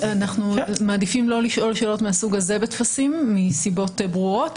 אנחנו מעדיפים לא לשאול שאלות מהסוג הזה בטפסים מסיבות ברורות,